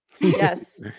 Yes